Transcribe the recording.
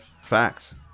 facts